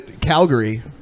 calgary